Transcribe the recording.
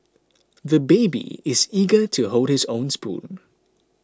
the baby is eager to hold his own spoon